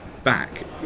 back